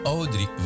Audrey